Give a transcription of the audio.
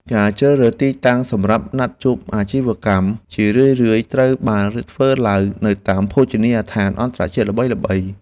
ការជ្រើសរើសទីតាំងសម្រាប់ណាត់ជួបអាជីវកម្មជារឿយៗត្រូវបានធ្វើឡើងនៅតាមភោជនីយដ្ឋានអន្តរជាតិល្បីៗ។